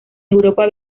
europa